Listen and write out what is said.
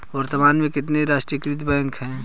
वर्तमान में कितने राष्ट्रीयकृत बैंक है?